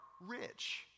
rich